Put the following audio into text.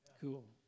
Cool